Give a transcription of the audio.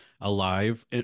alive